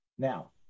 Now